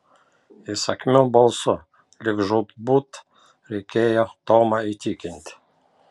įsakmiu balsu lyg žūtbūt reikėjo tomą įtikinti